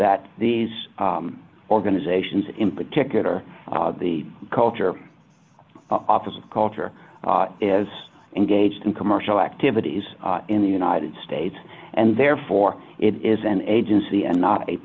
that these organizations in particular the culture office of culture is engaged in commercial activities in the united states and therefore it is an agency and not a